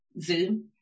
Zoom